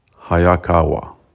Hayakawa